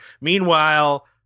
Meanwhile